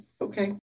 Okay